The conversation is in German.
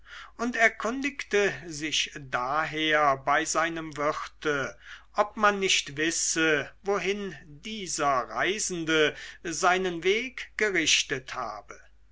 und erkundigte sich daher bei seinem wirte ob man nicht wisse wohin dieser reisende seinen weg gerichtet habe